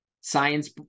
science